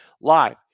live